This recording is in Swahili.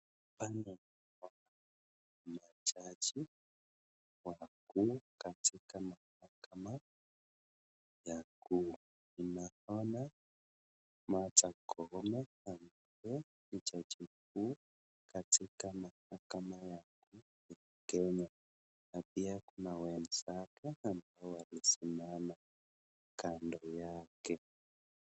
Hapa naona ni majani wako katika mahakama. Naona Martha Koome ambaye ni jaji mkuu, katika mahakama ya Kenya na pia kuna wezake ambao wamesimama kando yake.